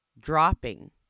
dropping